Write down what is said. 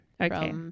Okay